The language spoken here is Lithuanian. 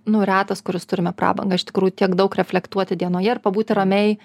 nu retas kuris turime prabangą iš tikrųjų tiek daug reflektuoti dienoje ir pabūti ramiai